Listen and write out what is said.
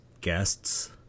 guests